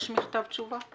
יש מכתב תשובה?